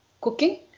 cooking